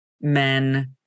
men